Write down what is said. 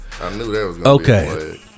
Okay